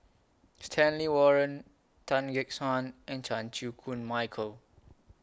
Stanley Warren Tan Gek Suan and Chan Chew Koon Michael